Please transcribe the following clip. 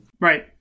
right